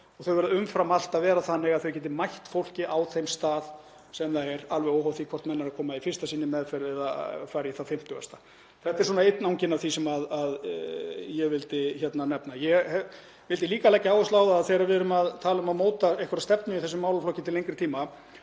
og þau verða umfram allt að vera þannig að þau geti mætt fólki á þeim stað sem það er, alveg óháð því hvort menn eru að koma í fyrsta sinn í meðferð eða í það fimmtugasta. Þetta er einn angi af því sem ég vildi nefna. Ég vildi líka leggja áherslu á það að þegar við erum að tala um að móta einhverja stefnu í þessum málaflokki til lengri tíma